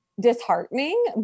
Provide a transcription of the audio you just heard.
disheartening